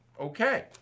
okay